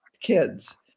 kids